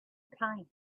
kite